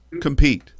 compete